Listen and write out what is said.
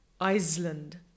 Iceland